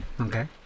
Okay